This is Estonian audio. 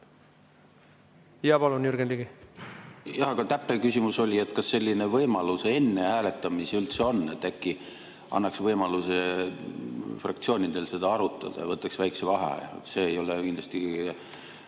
Jaa, palun, Jürgen Ligi! Jah, aga täpne küsimus oli, kas selline võimalus enne hääletamisi üldse on. Äkki annaks võimaluse fraktsioonidel seda arutada ja võtaks väikese vaheaja. See ei ole kindlasti kõige